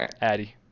Addy